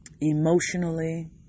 emotionally